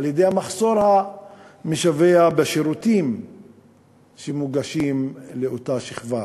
על-ידי המחסור המשווע בשירותים שמוגשים לאותה שכבה.